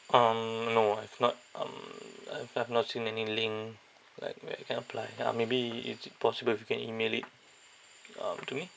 um no I've not um I've I've not seen any link like where I can apply ya maybe is it possible if you can email it um to me